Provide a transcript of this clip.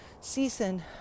season